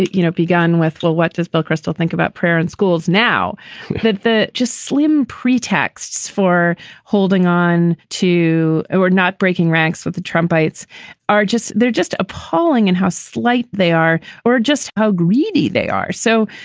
you know, begun with low, what does bill kristol think about parents schools now that the just slim pretexts for holding on to we're not breaking ranks with the trump bites are just they're just appalling and how slight they are or just how greedy they are. so,